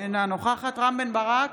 אינה נוכחת רם בן ברק,